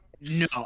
No